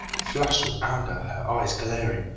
flushed with anger, her eyes glaring,